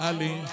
Ali